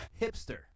Hipster